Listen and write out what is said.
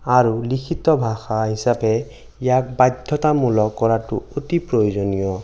আৰু লিখিত ভাষা হিচাপে ইয়াক বাধ্যতামূলক কৰাতো অতি প্ৰয়োজনীয়